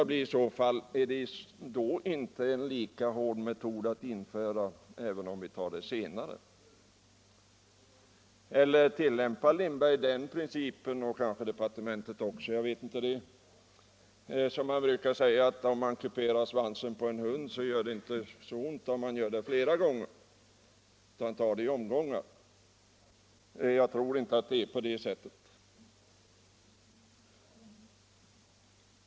Blir det en mindre hård metod att införa den senare? Eller tillämpar herr Lindberg och kanske även departementet den principen att, som det heter, om man kuperar svansen på en hund så gör det inte så ont om man gör det i omgångar. Jag tror inte att det är på det sättet.